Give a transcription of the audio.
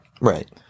Right